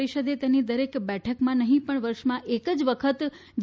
પરિષદે તેની દરેક બેઠકમાં નઠી પણ વર્ષમાં એક જ વખત જી